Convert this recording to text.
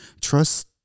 Trust